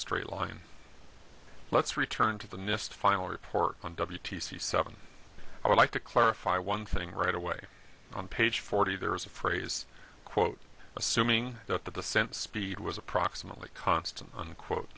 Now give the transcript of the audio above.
straight line let's return to the nist final report on w t c seven i would like to clarify one thing right away on page forty there is a phrase quote assuming that the descent speed was approximately constant unquote